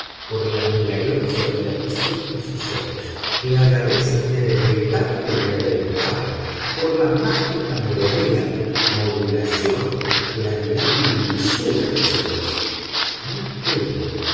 por la milagrosa dilatación de sus ojos que a la vez me deleitaba y amedrentaba por la mágica melodía modulación claridad y dulzura de su voz muy queda